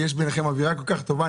כי יש ביניכם אווירה כל כך טובה,